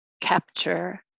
capture